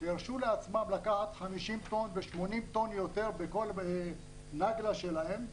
הרשו לעצמם לקחת 50 טון ו-80 טון יותר בכל נגלה שלהם,